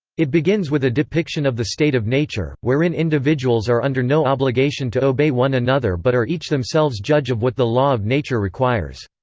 it begins with a depiction of the state of nature, wherein individuals are under no obligation to obey one another but are each themselves judge of what the law of nature requires.